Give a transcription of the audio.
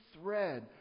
thread